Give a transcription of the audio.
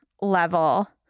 level